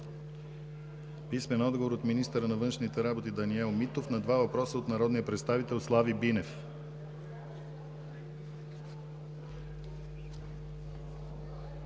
писмен отговор от министъра на външните работи Даниел Митов на два въпроса от народния представител Слави Бинев;